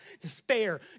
despair